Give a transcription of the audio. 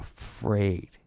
afraid